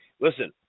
listen